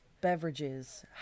beverages